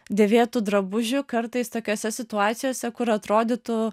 dėvėtų drabužių kartais tokiose situacijose kur atrodytų